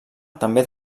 també